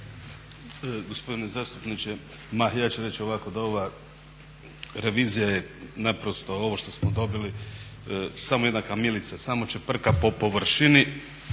Hvala.